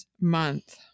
month